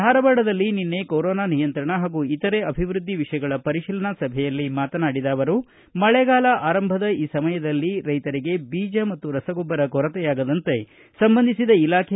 ಧಾರವಾಡದಲ್ಲಿ ನಿನ್ನೆ ಕೊರೊನಾ ನಿಯಂತ್ರಣ ಪಾಗೂ ಇತರೆ ಅಭಿವೃದ್ಧಿ ವಿಷಯಗಳ ಪರಿಟೀಲನಾ ಸಭೆಯಲ್ಲಿ ಮಾತನಾಡಿದ ಅವರು ಮಳೆಗಾಲ ಆರಂಭದ ಈ ಸಮಯದಲ್ಲಿ ರೈತರಿಗೆ ಜೀಜ ಮತ್ತು ರಸಗೊಬ್ಬರ ಕೊರತೆಯಾಗದಂತೆ ಸಂಬಂಧಿಸಿದ ಇಲಾಖೆ